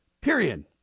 period